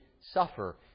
suffer